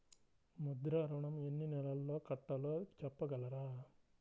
ముద్ర ఋణం ఎన్ని నెలల్లో కట్టలో చెప్పగలరా?